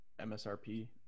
MSRP